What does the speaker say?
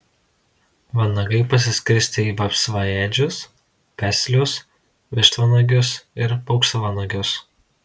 vanagai pasiskirstę į vapsvaėdžius peslius vištvanagius ir paukštvanagius